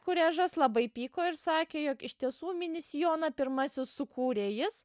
kurežas labai pyko ir sakė jog iš tiesų mini sijoną pirmasis sukūrė jis